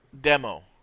demo